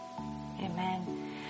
Amen